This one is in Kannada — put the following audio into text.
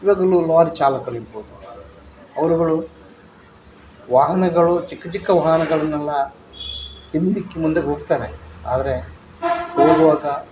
ಇವಾಗ ಲಾರಿ ಚಾಲಕರಿರ್ಬೋದು ಅವರುಗಳು ವಾಹನಗಳು ಚಿಕ್ಕ ಚಿಕ್ಕ ವಾಹನಗಳನ್ನೆಲ್ಲ ಹಿಂದಿಕ್ಕಿ ಮುಂದೆ ಹೋಗ್ತಾರೆ ಆದರೆ ಹೋಗುವಾಗ